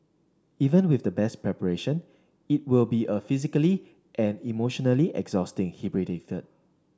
even with the best preparation it will be a physically and emotionally exhausting he predicted